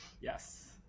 Yes